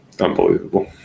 Unbelievable